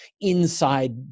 inside